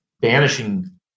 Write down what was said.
banishing